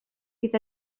bydd